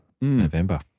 November